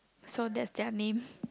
so that's their name